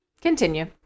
Continue